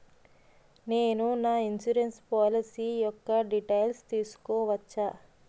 నేను నా insurance policy యెక్క డీటైల్స్ తెల్సుకోవచ్చా?